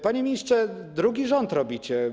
Panie ministrze, drugi rząd robicie.